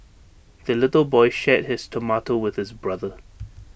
the little boy shared his tomato with his brother